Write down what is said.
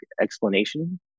explanation